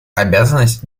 обязанность